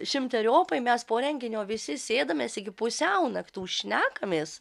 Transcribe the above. šimteriopai mes po renginio visi sėdamės iki pusiau naktų šnekamės